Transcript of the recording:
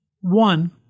One